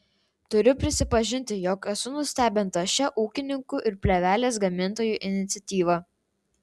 turiu prisipažinti jog esu nustebinta šia ūkininkų ir plėvelės gamintojų iniciatyva